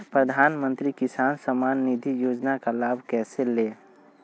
प्रधानमंत्री किसान समान निधि योजना का लाभ कैसे ले?